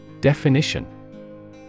Definition